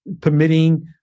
permitting